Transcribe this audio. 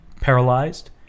paralyzed